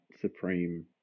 supreme